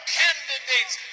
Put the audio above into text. candidates